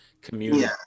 community